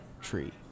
tree